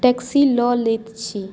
taxi लऽ लैत छी